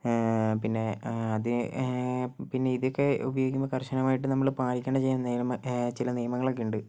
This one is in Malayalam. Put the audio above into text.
പിന്നെ അത് പിന്നെ ഇതൊക്കെ ഉപയോഗിക്കുമ്പോൾ കർശനമായിട്ട് നമ്മൾ പാലിക്കേണ്ട ചില നിയമങ്ങളൊക്കെയുണ്ട്